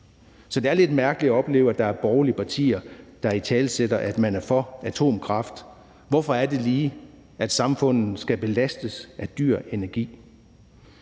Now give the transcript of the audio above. Så det er lidt mærkeligt at opleve, at der er borgerlige partier, der italesætter, at man er for atomkraft. Hvorfor er det lige, at samfundet skal belastes af dyr energi?